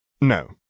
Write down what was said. No